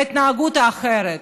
ההתנהגות היא אחרת.